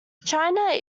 china